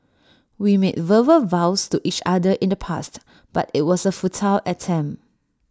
we made verbal vows to each other in the past but IT was A futile attempt